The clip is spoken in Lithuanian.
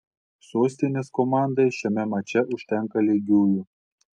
sostinės komandai šiame mače užtenka lygiųjų